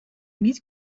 niet